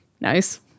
nice